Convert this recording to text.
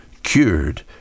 cured